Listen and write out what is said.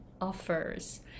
offers